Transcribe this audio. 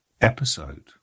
episode